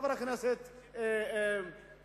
חבר הכנסת בן-סימון,